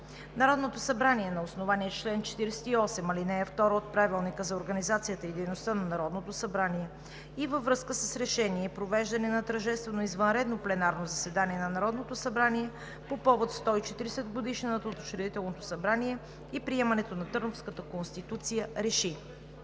Народното събрание на основание чл. 48, ал. 2 от Правилника за организацията и дейността на Народното събрание и във връзка с Решение за провеждане на тържествено извънредно пленарно заседание на Народното събрание по повод 140-годишнината от Учредителното събрание и приемането на Търновската конституция РЕШИ: